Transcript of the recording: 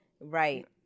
Right